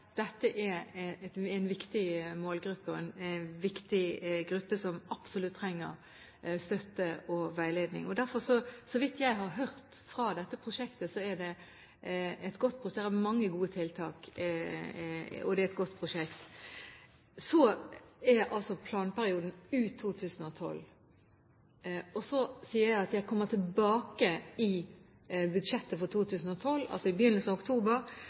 en viktig målgruppe, en viktig gruppe som absolutt trenger støtte og veiledning. Så vidt jeg har hørt fra dette prosjektet, er det mange gode tiltak, og det er et godt prosjekt. Planperioden er altså ut 2012, og så sier jeg at jeg kommer tilbake i budsjettet for 2012 – i begynnelsen av oktober